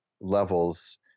levels